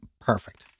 perfect